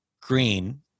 green